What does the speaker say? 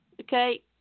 Okay